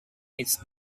its